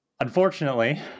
unfortunately